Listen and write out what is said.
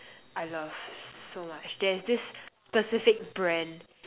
I love so much there's this specific brand